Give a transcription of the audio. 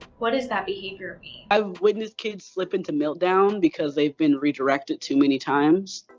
what does that behavior mean. i've witnessed kids slip into meltdown because they've been redirected too many times.